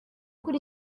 kuri